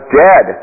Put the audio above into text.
dead